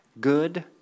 good